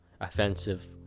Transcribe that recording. offensive